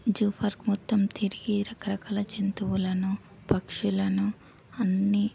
zoo park మొత్తం తిరిగి రకరకాల జంతువులను పక్షులను అన్ని